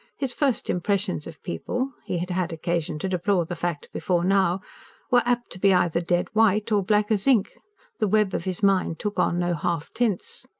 his first impressions of people he had had occasion to deplore the fact before now were apt to be either dead white or black as ink the web of his mind took on no half tints.